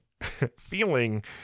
feeling